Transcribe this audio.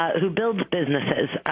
who builds businesses.